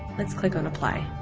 let's click on apply.